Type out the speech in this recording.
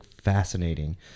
fascinating